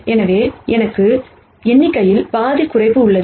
எனவே எனக்கு எண்ணிக்கையில் பாதி குறைப்பு உள்ளது